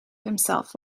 himself